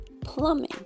plumbing